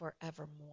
forevermore